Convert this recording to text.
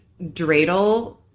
dreidel